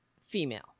female